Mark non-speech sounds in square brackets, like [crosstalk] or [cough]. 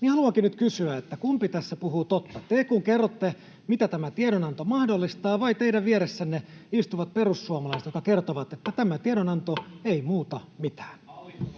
Minä haluankin nyt kysyä: Kumpi tässä puhuu totta, te, kun kerrotte, mitä tämä tiedonanto mahdollistaa, vai teidän vieressänne istuvat perussuomalaiset, [noise] jotka kertovat, että tämä tiedonanto ei muuta mitään?